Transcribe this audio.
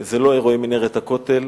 זה לא אירועי מנהרת הכותל.